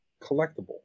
collectible